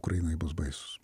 ukrainoj bus baisūs